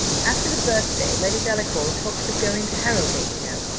after the birthday, lady delacour talks of going to harrowgate you know,